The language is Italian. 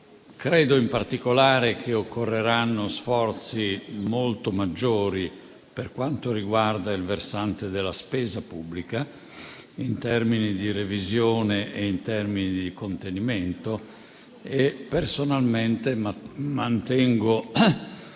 In particolare, credo che occorreranno sforzi molto maggiori, per quanto riguarda il versante della spesa pubblica, in termini di revisione e in termini di contenimento. Personalmente, mantengo